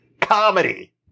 Comedy